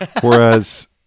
Whereas